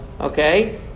okay